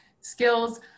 skills